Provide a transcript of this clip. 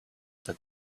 said